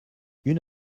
une